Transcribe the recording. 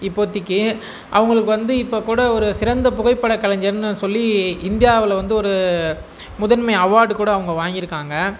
இப்போத்தைக்கு அவங்களுக்கு வந்து இப்போகூட ஒரு சிறந்த புகைப்பட கலைஞர்னு சொல்லி இந்தியாவில் வந்து ஒரு முதன்மை அவார்ட் கூட அவங்க வாங்கியிருக்காங்க